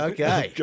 Okay